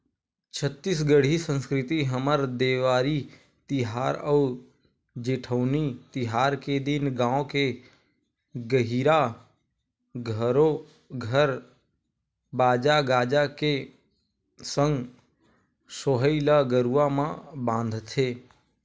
छत्तीसगढ़ी संस्कृति हमर देवारी तिहार अउ जेठवनी तिहार के दिन गाँव के गहिरा घरो घर बाजा गाजा के संग सोहई ल गरुवा म बांधथे